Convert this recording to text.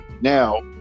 Now